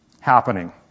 happening